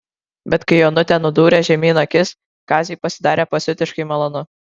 bet kai onutė nudūrė žemyn akis kaziui pasidarė pasiutiškai malonu